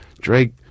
drake